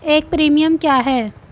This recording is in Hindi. एक प्रीमियम क्या है?